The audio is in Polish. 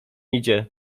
idzie